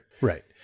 Right